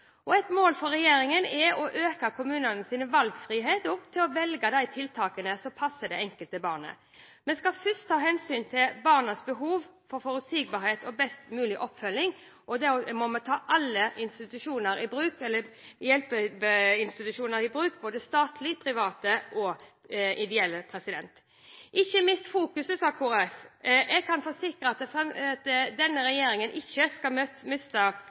Et mål for regjeringen er å øke kommunenes valgfrihet til å velge de tiltakene som passer det enkelte barnet. Vi skal først ta hensyn til barnas behov for forutsigbarhet og best mulig oppfølging, og der må vi ta alle hjelpeinstitusjoner i bruk, både statlige, private og ideelle. Kristelig Folkeparti sa at man ikke måtte miste fokus. Jeg kan forsikre om at denne regjeringen ikke skal